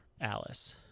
Alice